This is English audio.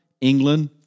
England